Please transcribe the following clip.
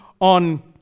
on